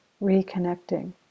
reconnecting